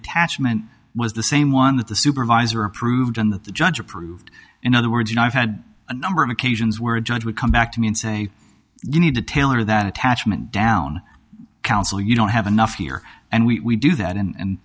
attachment was the same one that the supervisor approved and that the judge approved in other words you know i've had a number of occasions where a judge would come back to me and say you need to tailor that attachment down council you don't have enough here and we do that and